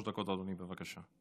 שלוש דקות לאדוני, בבקשה.